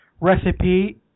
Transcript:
recipe